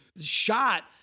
shot